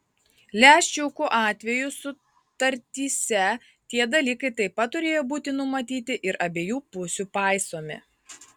lęšiukų atveju sutartyse tie dalykai taip pat turėjo būti numatyti ir abiejų pusių paisomi